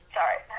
Sorry